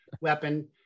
weapon